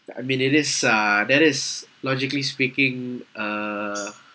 I mean it is uh that is logically speaking uh